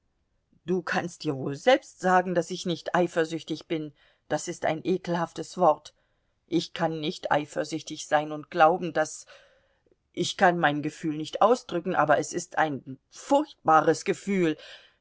du kannst dir wohl selbst sagen daß ich nicht eifersüchtig bin das ist ein ekelhaftes wort ich kann nicht eifersüchtig sein und glauben daß ich kann mein gefühl nicht ausdrücken aber es ist ein furchtbares gefühl